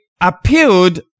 appealed